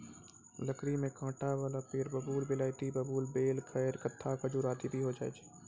लकड़ी में कांटा वाला पेड़ बबूल, बिलायती बबूल, बेल, खैर, कत्था, खजूर आदि भी होय छै